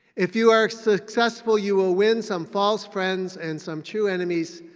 if you are successful, you will win some false friends and some true enemies.